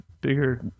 bigger